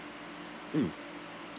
mm